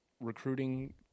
recruiting